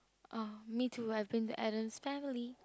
oh me too I have been to Addams-family